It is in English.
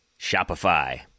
Shopify